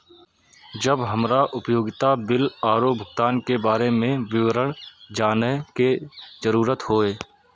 जब हमरा उपयोगिता बिल आरो भुगतान के बारे में विवरण जानय के जरुरत होय?